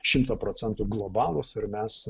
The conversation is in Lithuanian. šimtu procentų globalūs ir mes